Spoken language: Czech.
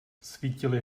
svítily